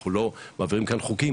אנחנו לא מעבירים כאן חוקים,